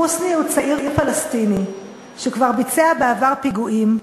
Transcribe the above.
חוסני הוא צעיר פלסטיני שכבר ביצע בעבר פיגועים,